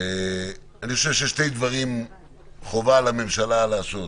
יש שני דברים שחובה על הממשלה לעשות.